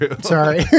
Sorry